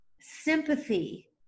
sympathy